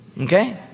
Okay